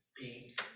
beings